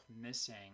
missing